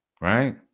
Right